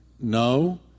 No